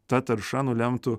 ta tarša nulemtų